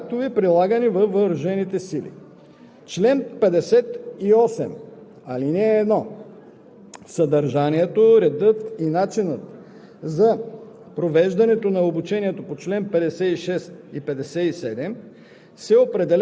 и пиротехнически изделия в съответствие с програмите на обучение по ред, определен с уставите и с други актове, прилагани във въоръжените сили. Чл. 58. (1)